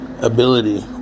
ability